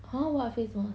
!huh! what face mask